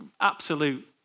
absolute